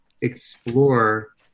explore